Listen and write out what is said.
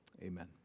Amen